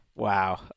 Wow